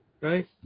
Right